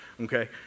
okay